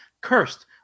cursed